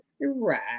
right